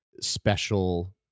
special